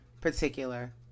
particular